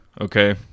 okay